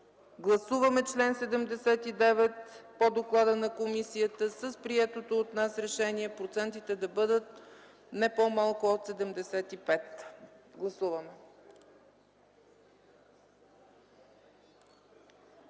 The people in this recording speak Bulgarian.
Гласуваме чл. 79 по доклада на комисията с приетото от нас решение – процентите да бъдат не по-малко от 75. Гласували